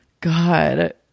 God